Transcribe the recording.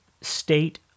state